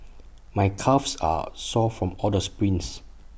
my calves are sore from all the sprints